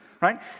right